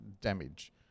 damage